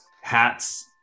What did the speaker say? hats